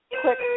quick